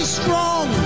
strong